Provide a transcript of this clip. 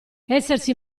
essersi